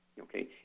Okay